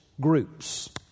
groups